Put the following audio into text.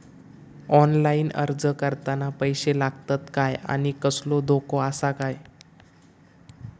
Online अर्ज करताना पैशे लागतत काय आनी कसलो धोको आसा काय?